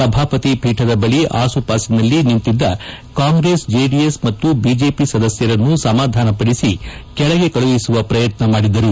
ಸಭಾಪತಿ ಪೀಠದ ಬಳಿ ಆಸುಪಾಸಿನಲ್ಲಿ ನಿಂತಿದ್ದ ಕಾಂಗ್ರೆಸ್ ಜೆಡಿಎಸ್ ಮತ್ತು ಬಿಜೆಪಿ ಸದಸ್ಯರನ್ನು ಸಮಾಧಾನಪಡಿಸಿ ಕೆಳಗೆ ಕಳುಹಿಸುವ ಪ್ರಯತ್ನ ಮಾಡಿದರು